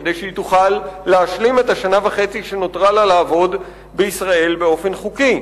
כדי שהיא תוכל להשלים את השנה וחצי שנותרה לה לעבוד בישראל באופן חוקי.